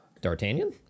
D'Artagnan